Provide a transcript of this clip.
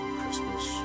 Christmas